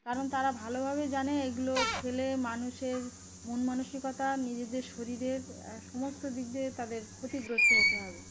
কারণ তারা ভালোভাবে জানে এগুলো খেলে মানুষের মন মানসিকতা নিজেদের শরীরের সমস্ত দিক দিয়ে তাদের ক্ষতিগ্রস্ত হতে হবে